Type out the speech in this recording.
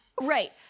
Right